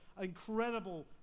incredible